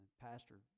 pastor